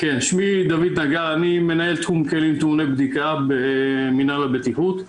אני מנהל תחום כלים טעוני בדיקה במינהל הבטיחות.